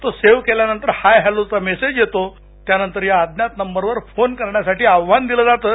तो सेव्ह केल्यानंतर हाय हॅलोचा मेसेज येतो त्यानंतर या अज्ञात नंबरवर फोन करण्यासाठी आव्हान दिलं जातं